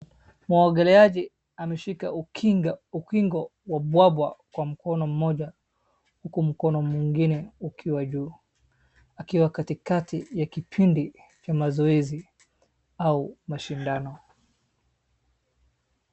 Muogeleaji ameshika ukigo wa bwabwa kwa mkono mmoja huku mkono mwingine ukiwa juu. Akiwa katikati ya kipindi cha mazoezi au mashindano.